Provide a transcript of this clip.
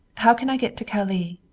how can i get to calais?